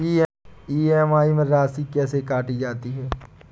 EMI में राशि कैसे काटी जाती है?